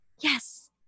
yes